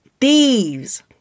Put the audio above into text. thieves